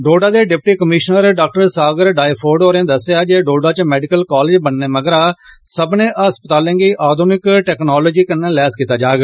डोडा दे deputy commissioner doctor Sagar Doifode होरें दस्सेआ ऐ जे डोडा च मैडिकल कालेज बनने मगरा सब्बने अस्पतालें गी आधुनिक टैक्नालोजी कन्नै लैस कीता जाग